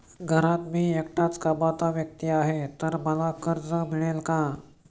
घरात मी एकटाच कमावता व्यक्ती आहे तर मला कर्ज मिळेल का?